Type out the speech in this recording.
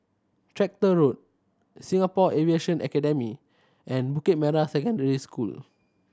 Tractor Road Singapore Aviation Academy and Bukit Merah Secondary School